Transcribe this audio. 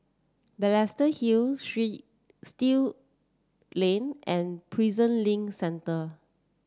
Balestier Hill Street Still Lane and Prison Link Centre